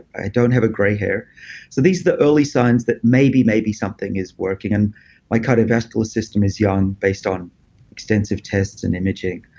i don't have a gray hair so these are the early signs that maybe, maybe something is working and my cardiovascular system is young based on extensive tests and imaging.